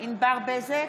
ענבר בזק,